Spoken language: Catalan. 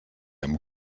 amb